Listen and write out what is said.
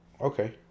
Okay